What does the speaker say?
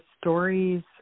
stories